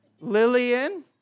Lillian